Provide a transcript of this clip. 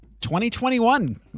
2021